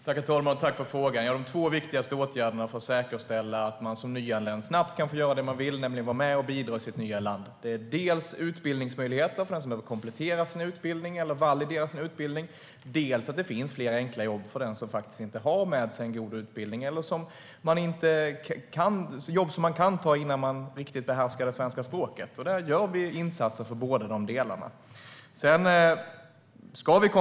Herr talman! Jag vill tacka för frågan. De två viktigaste åtgärderna för att säkerställa att man som nyanländ snabbt kan få göra det man vill, nämligen vara med och bidra i sitt nya land, är dels utbildningsmöjligheter för den som behöver komplettera eller validera sin utbildning, dels att det finns fler enkla jobb för den som inte har med sig en god utbildning. Det handlar om jobb som man kan ta innan man behärskar det svenska språket. Vi gör insatser för båda de delarna.